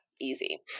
Easy